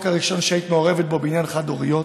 הראשון שהיית מעורבת בו בעניין חד-הוריות.